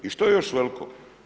I što je još veliko?